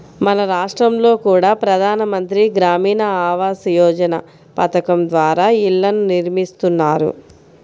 మన రాష్టంలో కూడా ప్రధాన మంత్రి గ్రామీణ ఆవాస్ యోజన పథకం ద్వారా ఇళ్ళను నిర్మిస్తున్నారు